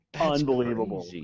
unbelievable